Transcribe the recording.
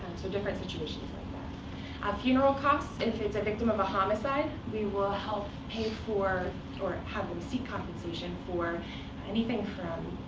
so different situations like that. ah funeral costs if it's a victim of a homicide, we will help pay for or have them seek compensation for anything from